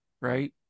right